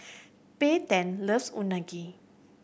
Payten loves Unagi